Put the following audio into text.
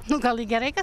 nu gal i gerai kad